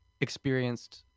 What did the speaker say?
experienced